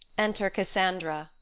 enter cassandra,